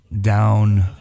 down